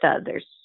others